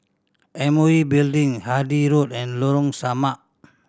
M O E Building Handy Road and Lorong Samak